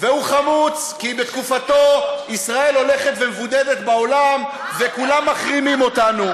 והוא חמוץ כי בתקופתו ישראל הולכת ומבודדת בעולם וכולם מחרימים אותנו.